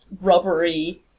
rubbery